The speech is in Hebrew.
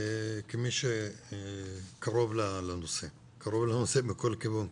כמי שקרוב לנושא מכל כיוון.